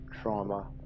trauma